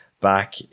back